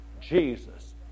Jesus